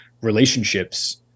relationships